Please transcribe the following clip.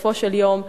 בסופו של יום,